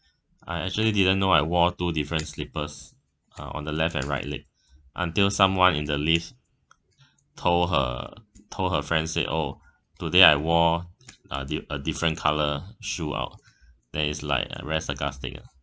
I actually didn't know I wore two different slippers uh on the left and right leg until someone in the lifts told her told her friends say oh today I wore a dif~ a different colour shoe out then it's like uh very sarcastic lah